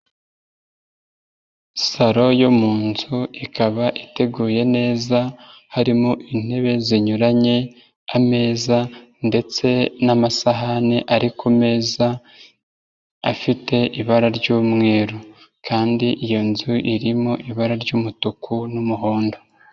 Saro yo mu nzu ikaba iteguye neza harimo intebe zinyuranye, ameza ndetse n'amasahani ari ku meza afite ibara ry'umweru kandi iyo nzu irimo ibara ry'umutuku n'umuhondo.